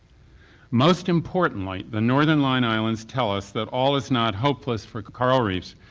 most importantly, the northern line islands tell us that all is not hopeless for coral reefs,